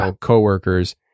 coworkers